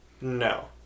no